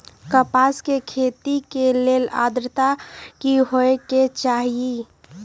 कपास के खेती के लेल अद्रता की होए के चहिऐई?